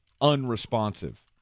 unresponsive